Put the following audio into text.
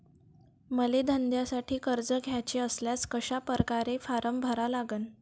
मले धंद्यासाठी कर्ज घ्याचे असल्यास कशा परकारे फारम भरा लागन?